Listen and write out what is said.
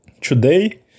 Today